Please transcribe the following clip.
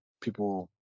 people